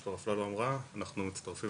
שדוקטור אפללו אמרה, אנחנו מצטרפים